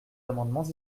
amendements